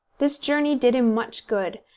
this journey did him much good,